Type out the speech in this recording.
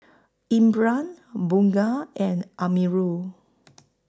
Imran Bunga and Amirul